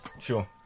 Sure